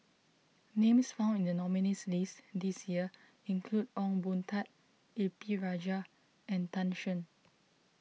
names found in the nominees' list this year include Ong Boon Tat A P Rajah and Tan Shen